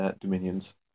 dominions